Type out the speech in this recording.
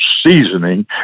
seasoning